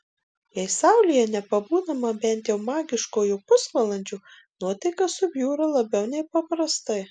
jei saulėje nepabūnama bent jau magiškojo pusvalandžio nuotaika subjūra labiau nei paprastai